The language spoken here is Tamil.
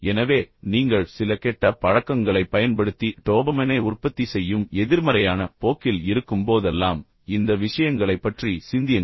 எனவே நீங்கள் சில கெட்ட பழக்கங்களைப் பயன்படுத்தி டோபமைனை உற்பத்தி செய்யும் எதிர்மறையான போக்கில் இருக்கும்போதெல்லாம் இந்த விஷயங்களைப் பற்றி சிந்தியுங்கள்